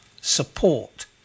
support